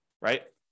right